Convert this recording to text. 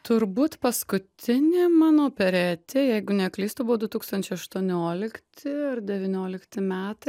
turbūt paskutinė mano operetė jeigu neklystu buvo du tūkstančiai aštuoniolikti ar devyniolikti metai